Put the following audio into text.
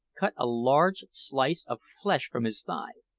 cut a large slice of flesh from his thigh.